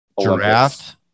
Giraffe